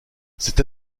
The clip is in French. cette